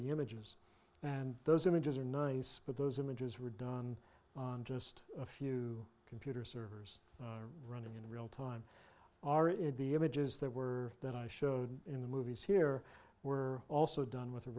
the images and those images are nice but those images were done on just a few computer servers running in real time are in the images that were that i showed in the movies here were also done with a